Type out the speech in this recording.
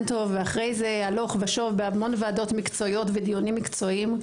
טוב ואחרי זה הלוך ושוב בהמון ועדות מקצועיות ודיונים מקצועיים.